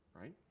Right